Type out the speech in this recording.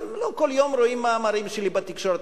אתם לא כל יום רואים מאמרים שלי בתקשורת.